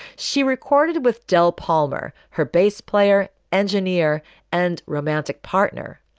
she recorded with del polmar, her bass player, engineer and romantic partner,